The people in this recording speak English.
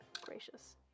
Gracious